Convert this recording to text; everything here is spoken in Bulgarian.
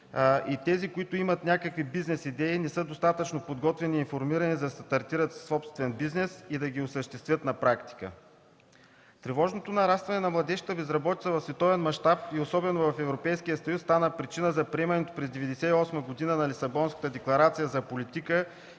тези, които имат някакви бизнес идеи, не са достатъчно подготвени и информирани, за да стартират собствен бизнес и да ги осъществят на практика. Тревожното нарастване на младежката безработица в световен мащаб и особено в Европейския съюз стана причина за приемането през 1998 г. на Лисабонската декларация за политика